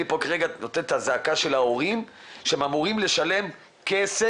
אני פה כרגע זועק את זעקתם של ההורים שאמורים לשלם כסף